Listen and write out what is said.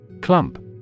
Clump